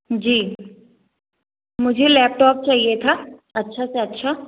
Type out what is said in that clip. जी मुझे लैपटॉप चाहिए था अच्छा से अच्छा